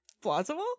plausible